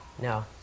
no